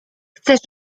chcesz